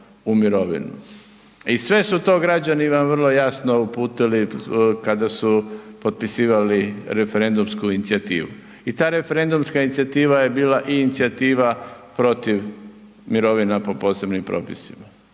i mirovinu i sve su to građani vam vrlo jasno uputili kada su potpisivali referendumsku inicijativu i ta referendumska inicijativa je bila i inicijativa protiv mirovina po posebnim propisima.